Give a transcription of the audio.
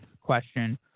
question